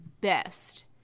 best